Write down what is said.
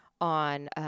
on